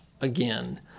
again